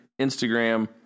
Instagram